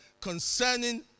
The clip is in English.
concerning